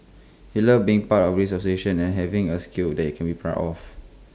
he loved being part of this association and having A skill that he can be proud of